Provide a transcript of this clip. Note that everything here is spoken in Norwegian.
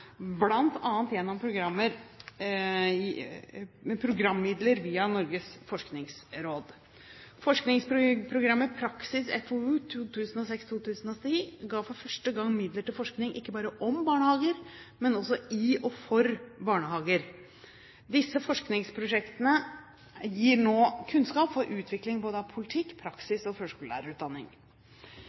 gjennom programmidler via Norges forskningsråd. Forskningsprogrammet PRAKSISFOU 2006–2010 ga for første gang midler til forskning ikke bare om barnehager, men også i og for barnehager. Disse forskningsprosjektene gir nå kunnskap for utvikling både av politikk, praksis og førskolelærerutdanning.